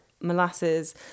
molasses